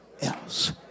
else